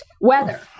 Weather